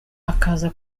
akaza